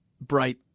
bright